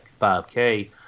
5K